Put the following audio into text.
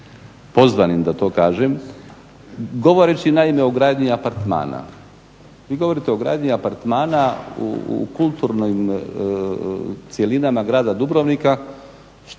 pozvanim da to kažem. Govoreći naime o gradnji apartmana, vi govorite o gradnji apartmana u kulturnim cjelinama grada Dubrovnika